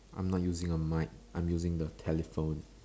I'm not using the mic I'm using the telephone